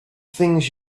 things